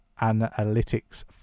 analytics